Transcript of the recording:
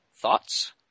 Thoughts